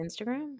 Instagram